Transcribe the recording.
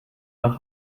nach